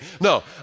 No